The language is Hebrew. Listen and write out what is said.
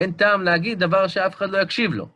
אין טעם להגיד דבר שאף אחד לא יקשיב לו.